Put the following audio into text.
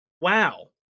Wow